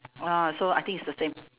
ah so I think it's the same